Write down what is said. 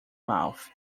mouth